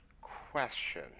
question